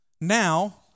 now